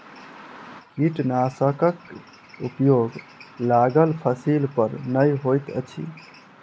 कीटनाशकक उपयोग लागल फसील पर नै होइत अछि